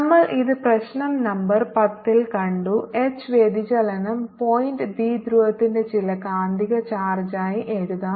നമ്മൾ ഇത് പ്രശ്ന നമ്പർ 10 ൽ കണ്ടു എച്ച് വ്യതിചലനം പോയിന്റ് ദ്വിധ്രുവത്തിന്റെ ചില കാന്തിക ചാർജായി എഴുതാം